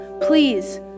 please